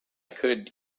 could